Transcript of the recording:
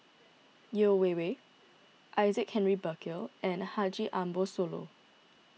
Yeo Wei Wei Isaac Henry Burkill and Haji Ambo Sooloh